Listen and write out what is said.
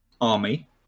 army